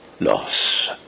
loss